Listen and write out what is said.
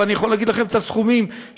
ואני יכול לומר לכם מה הסכומים שהושקעו: